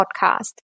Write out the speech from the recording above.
podcast